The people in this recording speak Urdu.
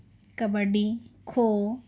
کبڈی کھو